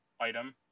item